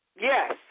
yes